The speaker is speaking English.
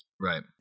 Right